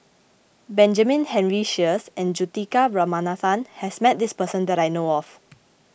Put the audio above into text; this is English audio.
Benjamin Henry Sheares and Juthika Ramanathan has met this person that I know of